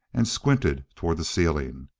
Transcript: and squinted toward the ceiling,